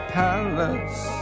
palace